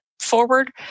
forward